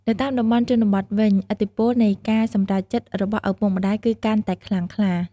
នៅតាមតំបន់ជនបទវិញ ឥទ្ធិពលនៃការសម្រេចចិត្តរបស់ឪពុកម្ដាយគឺកាន់តែខ្លាំងខ្លា។